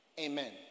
Amen